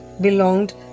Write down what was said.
belonged